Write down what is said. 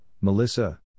melissa